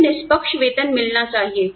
मुझे निष्पक्ष वेतन मिलना चाहिए